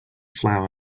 flour